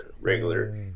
regular